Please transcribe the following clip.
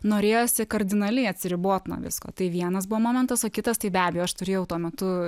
norėjosi kardinaliai atsiribot nuo visko tai vienas buvo momentas o kitas tai be abejo aš turėjau tuo metu